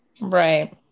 Right